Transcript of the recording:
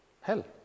Hell